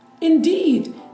Indeed